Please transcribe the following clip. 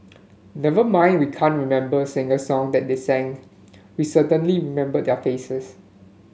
never mind we can't remember a single song that they sang we certainly remember their faces